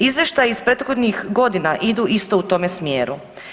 Izvještaji iz prethodnih godina idu isto u tome smjeru.